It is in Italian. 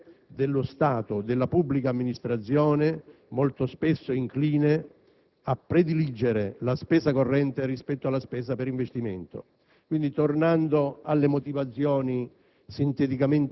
del sistema produttivo all'interesse dello Stato, della pubblica amministrazione, molto spesso incline a prediligere la spesa corrente rispetto alla spesa per investimento.